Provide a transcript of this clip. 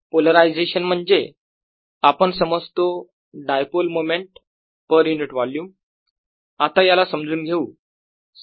polarisation म्हणजे आपण समजतो dipole moment per unit volume आता याला समजून घेऊ